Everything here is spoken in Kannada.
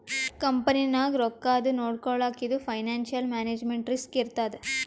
ಕಂಪನಿನಾಗ್ ರೊಕ್ಕಾದು ನೊಡ್ಕೊಳಕ್ ಇದು ಫೈನಾನ್ಸಿಯಲ್ ಮ್ಯಾನೇಜ್ಮೆಂಟ್ ರಿಸ್ಕ್ ಇರ್ತದ್